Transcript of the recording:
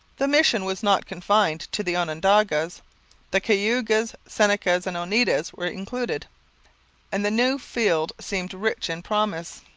the mission was not confined to the onondagas the cayugas, senecas, and oneidas were included and the new field seemed rich in promise.